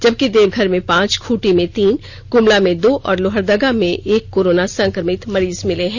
जबकि देवघर में पांच खूंटी में तीन गुमला में दो और लोहरदगा में एक कोरोना संक्रमित मरीज मिले है